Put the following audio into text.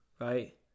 right